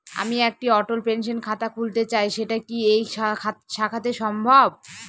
আমি একটি অটল পেনশন খাতা খুলতে চাই সেটা কি এই শাখাতে সম্ভব?